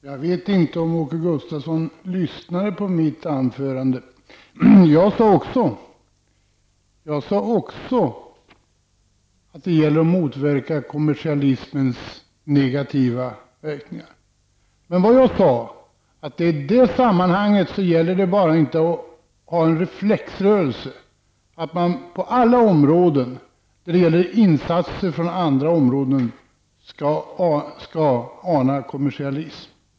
Herr talman! Jag vet inte om Åke Gustavsson lyssnade på mitt anförande. Jag sade också att det gäller att motverka kommersialismens negativa verkningar. Men jag sade att det i detta sammanhang inte bara gäller att ha en reflexrörelse, att man på alla områden när det gäller insatser från andra områden anar kommersialism.